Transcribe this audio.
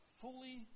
fully